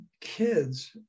kids